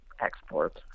exports